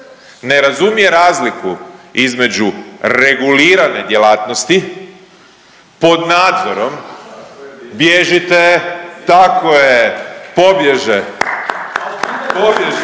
ne razumije razliku između regulirane djelatnosti pod nazorom. Bježite, tako je, pobježe